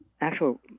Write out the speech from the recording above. actual